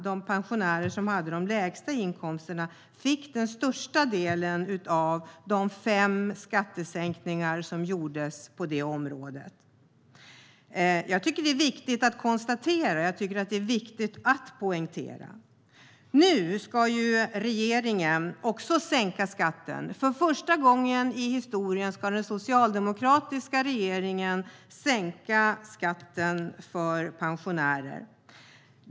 De pensionärer som hade de lägsta inkomsterna fick den största delen av de fem skattesänkningar som gjordes på det området. Det är viktigt att konstatera och också poängtera. Nu ska regeringen sänka skatten. För första gången i historien ska den socialdemokratiska regeringen sänka skatten för pensionärer.